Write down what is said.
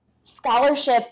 scholarship